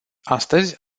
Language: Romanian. astăzi